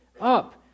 up